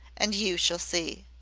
and you shall see.